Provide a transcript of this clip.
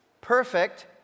perfect